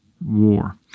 War